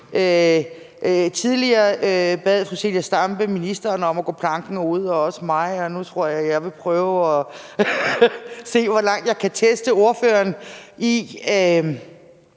Tidligere bad fru Zenia Stampe ministeren om at gå planken ud og også mig. Nu tror jeg, at jeg vil prøve at se, hvor meget jeg kan teste ordføreren,